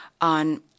on